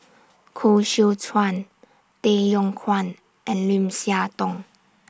Koh Seow Chuan Tay Yong Kwang and Lim Siah Tong